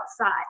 outside